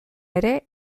ere